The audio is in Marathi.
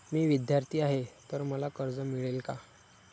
मी विद्यार्थी आहे तर मला कर्ज मिळेल का?